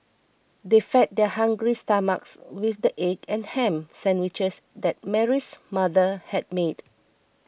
they fed their hungry stomachs with the egg and ham sandwiches that Mary's mother had made